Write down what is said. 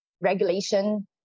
Regulation